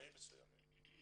בתנאים מסוימים.